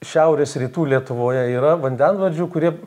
šiaurės rytų lietuvoje yra vandenvardžių kurie